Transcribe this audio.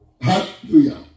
Hallelujah